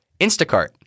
Instacart